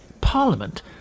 Parliament